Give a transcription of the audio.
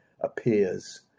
appears